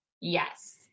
Yes